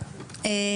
צהריים